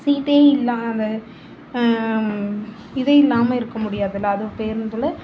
சீட்டே இல்லாது இதே இல்லாமல் இருக்க முடியாதில்ல அதுவும் பேருந்தில்